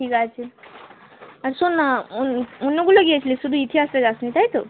ঠিক আছে আর শোন না অন্যগুলো গিয়েছিলিস শুধু ইতিহাসটা যাস নি তাই তো